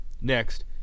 Next